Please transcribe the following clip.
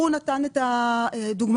הוא נתן את הדוגמה.